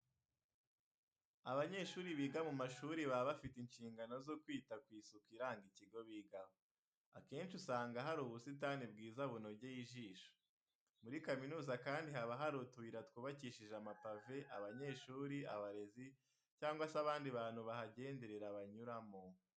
Abanyeshuri biga mu mashuri baba bafite inshingano zo kwita ku isuku iranga ikigo bigaho. Akenshi usanga haba hari ubusitani bwiza bunogeye ijisho. Muri kaminuza kandi haba hari utuyira twubakishije amapave abanyeshuri, abarezi cyangwa se abandi bantu bahagenderera, banyuramo.